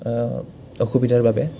অসুবিধাৰ বাবে